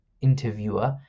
interviewer